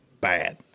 bad